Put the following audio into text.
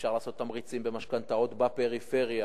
אפשר לתת תמריצים במשכנתאות בפריפריה.